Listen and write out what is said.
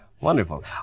Wonderful